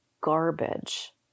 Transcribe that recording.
garbage